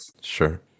sure